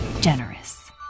generous